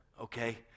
okay